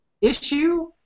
issue